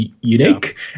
unique